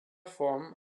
form